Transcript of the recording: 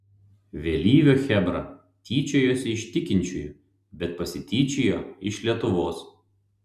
vėlyvio chebra tyčiojosi iš tikinčiųjų bet pasityčiojo iš lietuvos